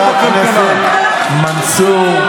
חבר הכנסת מנסור.